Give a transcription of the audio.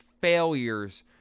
failures